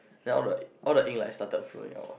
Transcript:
then all the all the ink like started flowing out